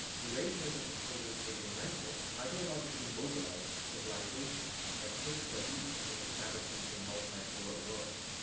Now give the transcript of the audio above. eurasianism proposes a united, ideologically mobilized civilization that takes the lead in establishing a multipolar world.